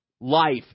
life